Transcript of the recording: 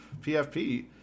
PFP